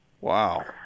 Wow